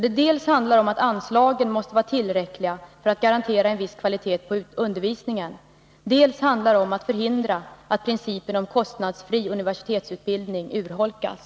Det handlar ju dels om att anslagen måste vara tillräckliga för att garantera en viss kvalitet på undervisningen, dels om att förhindra att principen om kostnadsfri universitetsutbildning urholkas.